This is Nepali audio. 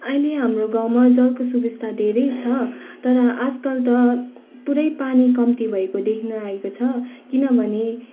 अहिले हाम्रो गाउँमा जलको सुबिस्ता धेरै छ तर आजकल त पुरै पानी कम्ती भएको देख्न आएको छ किनभने